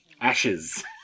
Ashes